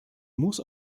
muss